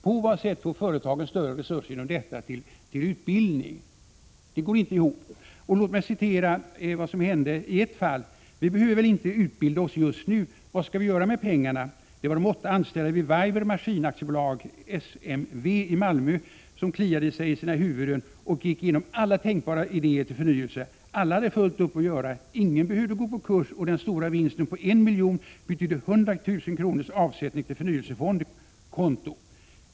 På vad sätt får företagen genom detta större resurser till utbildning? Det går inte ihop. Låt mig citera från en tidningsartikel om vad som hände i ett fall: ”Vi behöver väl inte utbilda oss just nu? Vad ska vi göra med pengarna? De åtta anställda vid Weiber Maskin AB, SMW i Malmö kliade sig i sina huvuden och gick igenom alla tänkbara idéer till förnyelse. Alla hade fullt upp att göra, ingen behövde gå på kurs och den stora vinsten på en miljon betydde 100 000 kronors avsättning till förnyelsefondskonto.